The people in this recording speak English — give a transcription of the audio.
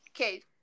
Okay